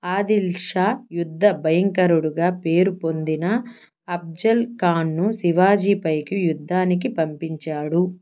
ఆదిల్షా యుద్ధ భయంకరుడుగా పేరుపొందిన న అఫ్జల్ ఖాన్ను శివాజీ పైకి యుద్దానికి పంపించాడు